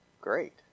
great